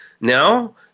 now